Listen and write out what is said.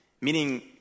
meaning